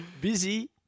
Busy